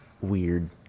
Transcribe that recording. weird